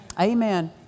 Amen